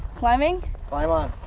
climbing. climb on.